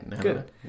good